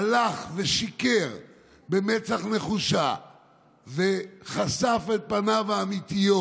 הלך ושיקר במצח נחושה וחשף את פניו האמיתיות.